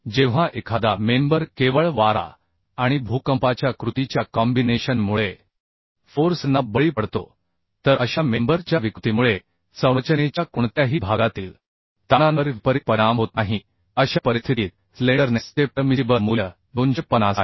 जेव्हा एखादा मेंबर केवळ वारा आणि भूकंपाच्या कृतीच्या कॉम्बिनेशन मुळे फोर्स ना बळी पडतो तर अशा मेंबर च्या विकृतीमुळे संरचनेच्या कोणत्याही भागातील ताणांवर विपरित परिणाम होत नाही अशा परिस्थितीत स्लेंडरनेस चे परमिसिबल मूल्य 250 आहे